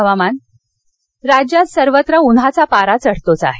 हवामान राज्यात सर्वत्र उन्हाचा पारा चढतोच आहे